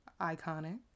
iconic